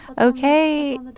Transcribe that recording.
okay